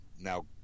Now